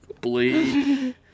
Bleed